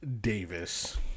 Davis